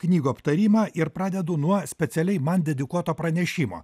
knygų aptarimą ir pradedu nuo specialiai man dedikuoto pranešimo